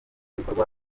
bikorwa